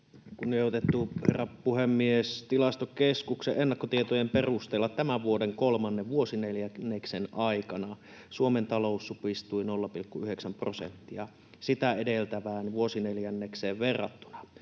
Kunnioitettu herra puhemies! Tilastokeskuksen ennakkotietojen perusteella tämän vuoden kolmannen vuosineljänneksen aikana Suomen talous supistui 0,9 prosenttia sitä edeltävään vuosineljännekseen verrattuna.